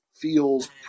feels